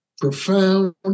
profound